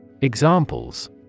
Examples